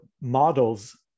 models